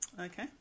Okay